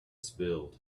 spilled